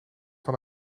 van